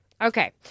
Okay